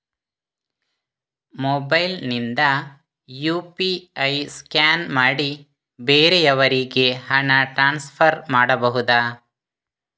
Mobile ನಿಂದ UPI scan ಮಾಡಿ ಬೇರೆಯವರಿಗೆ ಹಣ ಟ್ರಾನ್ಸ್ಫರ್ ಮಾಡಬಹುದ?